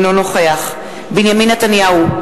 אינו נוכח בנימין נתניהו,